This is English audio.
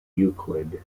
euclid